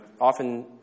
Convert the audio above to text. often